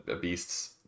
beasts